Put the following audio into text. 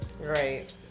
Right